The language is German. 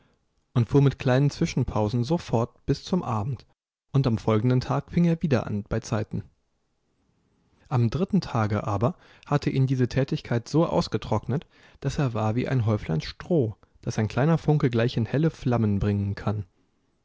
und fuhr mit kleinen zwischenpausen so fort bis zum abend und am folgenden tag fing er wieder an beizeiten am dritten tage aber hatte ihn diese tätigkeit so ausgetrocknet daß er war wie ein häuflein stroh das ein kleiner funke gleich in helle flammen bringen kann